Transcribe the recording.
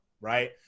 right